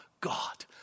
God